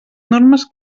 normes